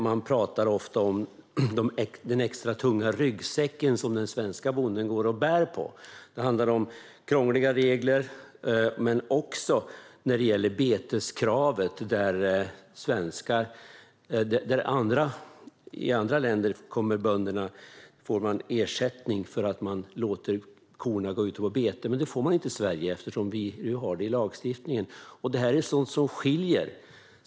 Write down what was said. Man pratar ofta om den extra tunga ryggsäck som den svenska bonden går och bär på. Det handlar om krångliga regler men också om beteskravet, där bönderna i andra länder får ersättning för att låta korna gå ute på bete. Det får man inte i Sverige, eftersom vi har det i lagstiftningen. Det är sådant som skiljer.